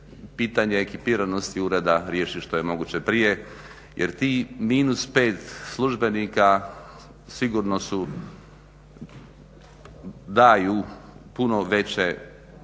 pitanje ekipiranosti ureda riješi što je moguće prije jer ti minus 5 službenika sigurno daju puno veće gubitke